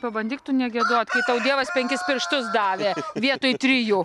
pabandyk tu negiedot kai tau dievas penkis pirštus davė vietoj trijų